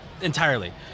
entirely